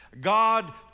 God